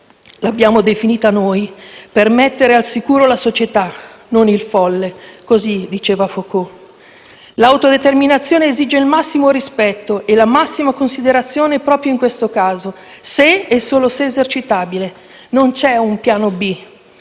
l'abbiamo definita noi per mettere al sicuro la società, non il folle, così diceva Foucault. L'autodeterminazione esige il massimo rispetto e la massima considerazione proprio in questo caso, se e solo se esercitabile. Non c'è un piano B.